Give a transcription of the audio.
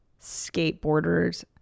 skateboarders